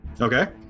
Okay